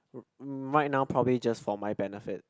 r~ right now probably just for my benefit